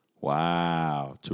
Wow